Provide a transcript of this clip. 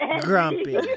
Grumpy